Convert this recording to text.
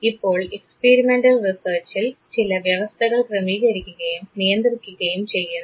ഇപ്പോൾ എക്സ്പീരിമെൻറൽ റിസർച്ചിൽ ചില വ്യവസ്ഥകൾ ക്രമീകരിക്കുകയും നിയന്ത്രിക്കുകയും ചെയ്യുന്നു